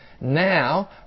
now